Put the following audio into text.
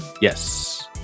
Yes